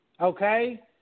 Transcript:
okay